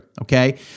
Okay